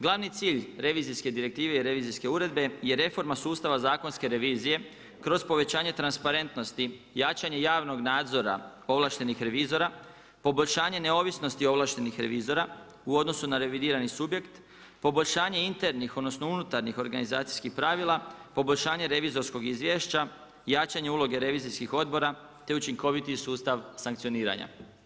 Glavni cilj revizijske direktiva i revizijske uredbe je reforma sustava zakonske revizije kroz povećanje transparentnosti, jačanje javnog nadzora ovlaštenih revizora, poboljšanje neovisnosti ovlaštenih revizora u odnosu na revidirani subjekt, poboljšanje internih, odnosno unutarnjih organizacijskih pravila, poboljšanje revizorskog izvješća, jačanje uloge revizijskih odbora te učinkoviti sustav sankcioniranja.